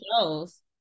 shows